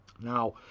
Now